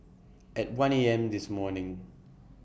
At one A M This morning